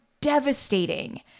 devastating